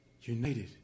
United